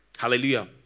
Hallelujah